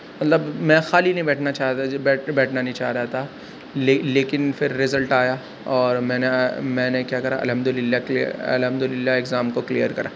مطلب میں خالی نہیں بیٹھنا چاہ رہا تھا جب بیٹھنا نہیں چاہ رہا تھا لے لیکن پھر ریزلٹ آیا اور میں نے میں نے کیا کرا الحمد للہ کلیئر الحمد للہ ایگزام کو کلیئر کرا